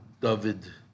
David